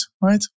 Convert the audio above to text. right